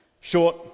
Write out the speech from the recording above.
Short